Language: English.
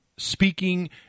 speaking